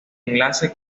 enlace